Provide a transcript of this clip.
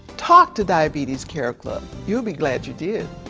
talk to diabetes care club. you'll be glad you did.